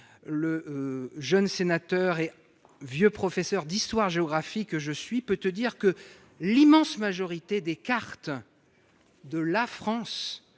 Le jeune sénateur et vieux professeur d'histoire-géographie que je suis peut lui assurer que l'immense majorité des cartes de France